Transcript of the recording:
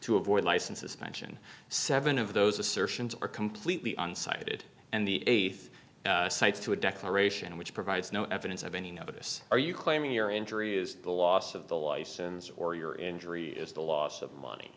to avoid licenses mention seven of those assertions are completely unsighted and the eighth cites to a declaration which provides no evidence of any notice or you claiming your injury is the loss of the license or your injury is the loss of money